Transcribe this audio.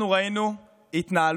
אנחנו ראינו התנהלות